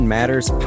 Matters